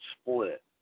split